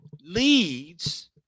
leads